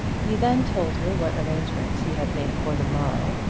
he then told her what arrangements he had made for the morrow,